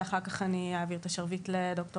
ואחר כך אני אעביר את השרביט לד"ר